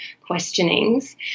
questionings